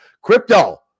Crypto